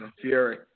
Fury